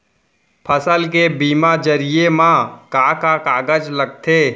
फसल के बीमा जरिए मा का का कागज लगथे?